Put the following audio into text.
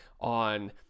on